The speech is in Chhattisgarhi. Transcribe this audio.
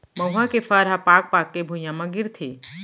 मउहा के फर ह पाक पाक के भुंइया म गिरथे